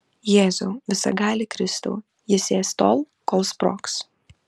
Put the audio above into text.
jėzau visagali kristau jis ės tol kol sprogs